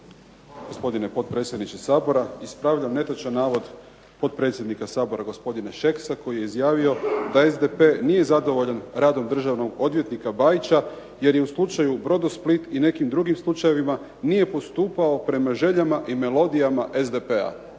(SDP)** Potpredsjedniče sabora. Ispravljam netočan potpredsjednika Sabora gospodina Šeksa koji je izjavio da SDP nije zadovoljan radom državnog odvjetnika Bajića jer je u slučaju "Brodosplit" i nekim drugim slučajevima nije postupao prema željama i melodijama SDP-a.